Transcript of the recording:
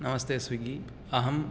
नमस्ते स्विगी अहम्